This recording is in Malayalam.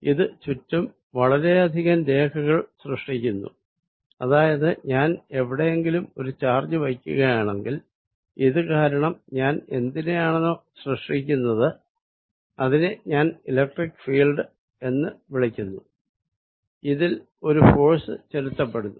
ഇത് ചുറ്റും വളരെയധികം രേഖകൾ സൃഷ്ടിക്കുന്നു അതായത് ഞാൻ എവിടെയെങ്കിലും ഒരു ചാർജ് വയ്ക്കുകയാണെങ്കിൽ ഇത് കാരണം ഞാൻ എന്തിനെയാണോ സൃഷ്ടിക്കുന്നത് അതിനെ ഞാൻ ഇലക്ട്രിക്ക് ഫീൽഡ് എന്ന് വിളിക്കുന്നു ഇതിൽ ഒരു ഫോഴ്സ് ചെലുത്തപ്പെടുന്നു